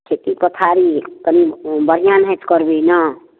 खेती पथारी कनि ओ बढ़िआँ नाहति करबै ने